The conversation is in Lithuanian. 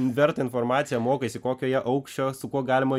vertą informaciją mokaisi kokio jie aukščio su kuo galima